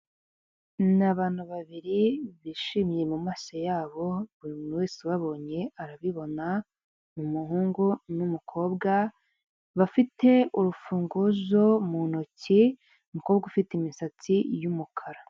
Ni abantu babiri bishimye mu maso yabo buri muntu wese wabonye arabibona, umuhungu n'umukobwa bafite urufunguzo mu ntoki umukobwa ufite imisatsi y'umukara.